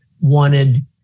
wanted